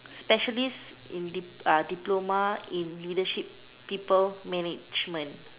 specialist in in diploma in leadership people management